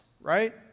right